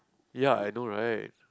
ya I know right